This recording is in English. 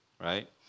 right